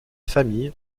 famille